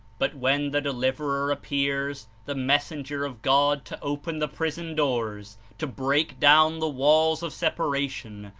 but when the deliverer appears, the messenger of god to open the prison doors, to break down the walls of separation,